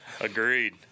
Agreed